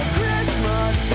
Christmas